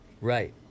Right